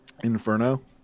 Inferno